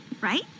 right